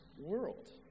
world